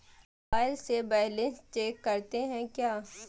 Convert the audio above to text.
Mobile से balance check करते हैं क्या?